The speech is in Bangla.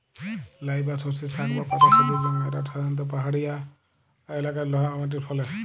লাই বা সর্ষের শাক বা পাতা সবুজ রঙের আর সাধারণত পাহাড়িয়া এলাকারে লহা রওয়া মাটিরে ফলে